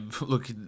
Look